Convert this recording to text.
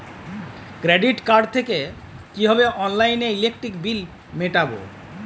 Credit card থেকে কিভাবে অনলাইনে ইলেকট্রিক বিল মেটাবো?